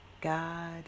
God